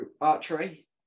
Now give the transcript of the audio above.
archery